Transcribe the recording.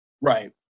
Right